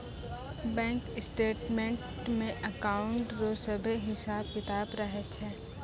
bank statements मे account रो सभे हिसाब किताब रहै छै